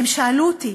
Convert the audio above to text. הם שאלו אותי,